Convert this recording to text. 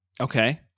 Okay